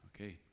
Okay